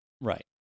right